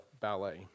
ballet